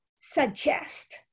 suggest